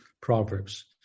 Proverbs